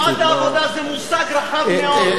תנועת העבודה זה מושג רחב מאוד,